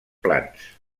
plans